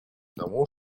тому